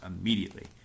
immediately